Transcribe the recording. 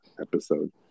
episode